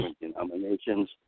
denominations